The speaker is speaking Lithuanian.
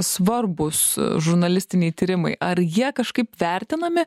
svarbūs žurnalistiniai tyrimai ar jie kažkaip vertinami